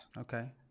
Okay